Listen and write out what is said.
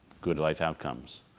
good life outcomes.